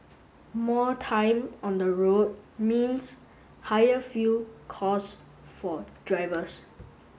more time on the road means higher fuel costs for drivers